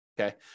Okay